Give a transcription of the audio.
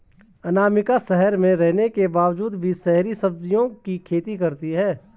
अनामिका शहर में रहने के बावजूद भी शहरी सब्जियों की खेती करती है